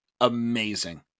Amazing